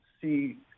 see